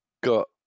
got